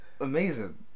amazing